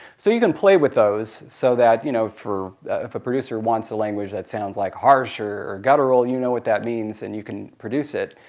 so you can play with those. so that you know if a producer wants a language that sounds like harsh or guttural, you know what that means and you can produce it,